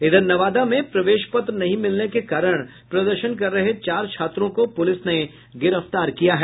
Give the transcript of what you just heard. इधर नवादा में प्रवेश पत्र नहीं मिलने के कारण प्रदर्शन कर रहे चार छात्रों को पुलिस ने गिरफ्तार किया है